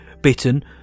bitten